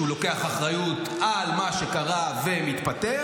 שהוא לוקח אחריות על מה שקרה ומתפטר?